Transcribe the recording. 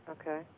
Okay